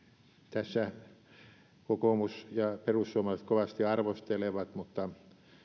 tässä kokoomus ja perussuomalaiset kovasti arvostelevat mutta